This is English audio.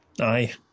Aye